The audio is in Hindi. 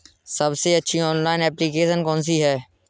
सबसे अच्छी ऑनलाइन एप्लीकेशन कौन सी है?